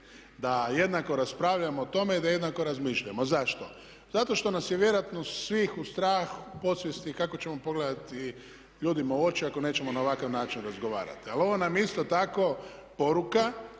da jednako raspravljamo o tome i da jednako razmišljamo. Zašto? Zato što nas je vjerojatno svih strah u podsvijesti kako ćemo pogledati ljudima u oči ako nećemo na ovakav način razgovarati. Ali ovo nam je isto tako poruka,